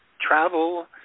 travel